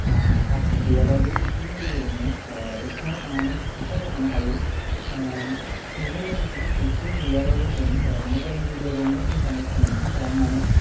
passbook गैयाबाबो A T M नि गेजेरजोंनो ए टि एम आव थांनानै फैसा बख'नो हायो बेजों लोगोसे ए टि एम गैयाबाबो जों मबाइलनि गेजेरजों इन्टारनेट कनेक्शन खालामनानै